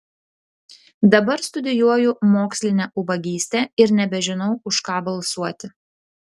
dabar studijuoju mokslinę ubagystę ir nebežinau už ką balsuoti